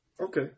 Okay